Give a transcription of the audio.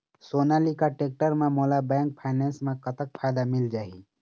Sonalika tractor म मोला bank finance म कतक फायदा मिल जाही?